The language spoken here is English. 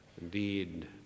Indeed